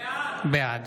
בעד